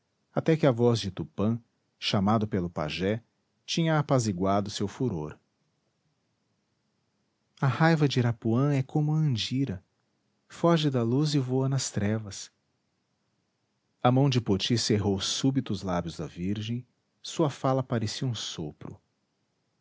até que a voz de tupã chamado pelo pajé tinha apaziguado seu furor a raiva de irapuã é como a andira foge da luz e voa nas trevas a mão de poti cerrou súbito os lábios da virgem sua fala parecia um sopro